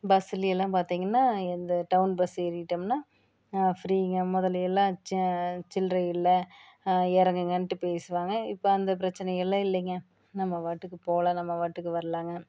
பஸ்ஸில் எல்லாம் பார்த்திங்கன்னா எந்த டவுன் பஸ் ஏறிட்டோம்னா ஃப்ரீங்க முதல்லை எல்லாம் ச சில்லறை இல்லை இறங்குங்கன்ட்டு பேசுவாங்க இப்போ அந்த பிரச்சனை எல்லாம் இல்லைங்க நம்ம பாட்டுக்கு போகலாம் நம்ம பாட்டுக்கு வரலாங்க